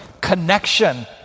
connection